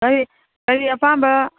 ꯀꯔꯤ ꯀꯔꯤ ꯑꯄꯥꯝꯕ